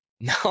no